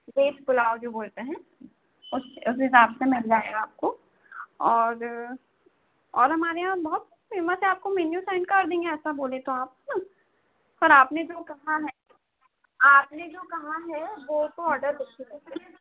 veg pulao जो बोलते हैं उस उस हिसाब से मिल जाएगा आपको और और हमारे यहाँ बहुत कुछ फेमस है आपको मेन्यू सेंड कर देंगे ऐसा बोले तो आप न और आपने जो कहा है आपने जो कहा है वह तो ऑर्डर